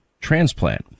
transplant